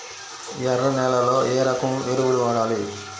ఎర్ర నేలలో ఏ రకం ఎరువులు వాడాలి?